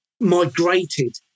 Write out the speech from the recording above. migrated